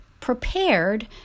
prepared